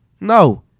No